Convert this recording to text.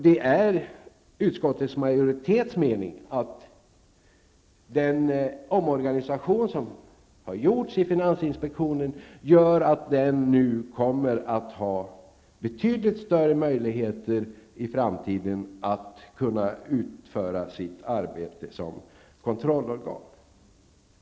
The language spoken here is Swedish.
Det är utskottets majoritets mening att den omorganisation som har gjorts i finansinspektionen gör att den i framtiden kommer att ha betydligt större möjligheter att utföra sitt arbete som kontrollorgan.